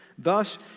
Thus